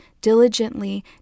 diligently